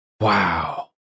Wow